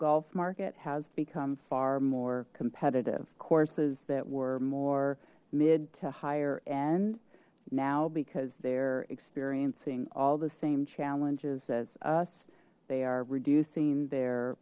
golf market has become far more competitive courses that were more mid to higher end now because they're experiencing all the same challenges as us they are reducing their